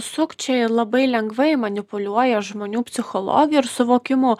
sukčiai labai lengvai manipuliuoja žmonių psichologija ir suvokimu